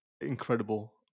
incredible